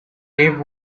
dave